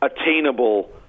attainable